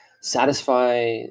satisfy